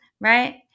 right